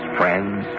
friends